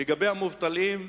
לגבי המובטלים,